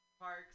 Park's